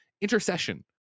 Intercession